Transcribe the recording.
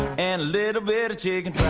and little bit of chicken